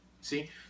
See